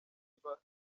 niba